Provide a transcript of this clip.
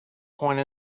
point